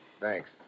Thanks